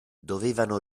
dovevano